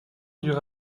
dure